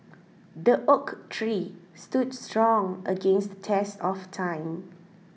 the oak tree stood strong against the test of time